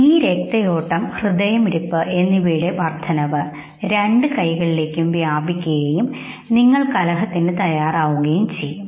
ഈ രക്തയോട്ടംഹൃദയമിടിപ്പ് എന്നിവയുടെ വർദ്ധനവ് രണ്ട് കൈകളിലേക്കും വ്യാപിക്കുകയും നിങ്ങൾ കലഹത്തിന് തയ്യാറാകുകയും ചെയ്യും